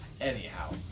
Anyhow